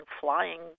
flying